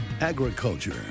Agriculture